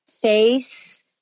face